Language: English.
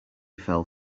fell